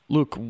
Look